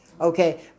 Okay